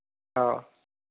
औ